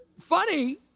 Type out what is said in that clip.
funny